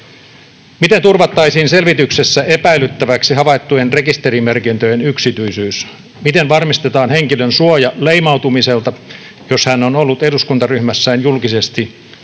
Miten turvattaisiin selvityksessä epäilyttäväksi havaittujen rekisterimerkintöjen yksityisyys? Miten varmistetaan henkilön suoja leimautumiselta, jos hän on ollut eduskuntaryhmässään julkisesti, ainakin